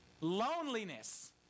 loneliness